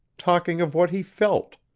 talking of what he felt,